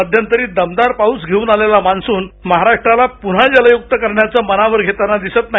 मध्यंतरी दमदार पाऊस धेऊन आलेला मान्सून महाराष्ट्राला पुन्हा जलयुक्त करण्याचं मनावर घेताना दिसत नाही